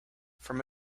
from